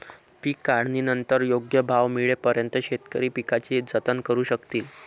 पीक काढणीनंतर योग्य भाव मिळेपर्यंत शेतकरी पिकाचे जतन करू शकतील